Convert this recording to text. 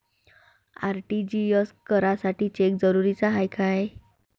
RTGS करासाठी cheque जरुरीचा हाय काय?